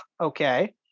Okay